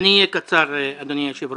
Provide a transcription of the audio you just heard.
אני אהיה קצר, אדוני היושב-ראש.